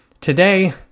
Today